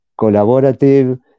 collaborative